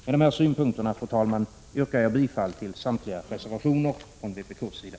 Med dessa synpunkter, fru talman, yrkar jag bifall till samtliga reservationer från vpk:s sida.